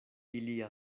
ilia